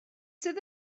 sydd